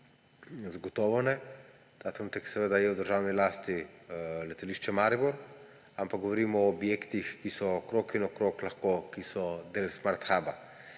seveda je v državni lasti Letališče Maribor, ampak govorimo o objektih, ki so okrog in okrog lahko, ki so del Smart Huba.